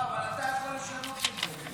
לא, אבל אתה יכול לשנות את זה.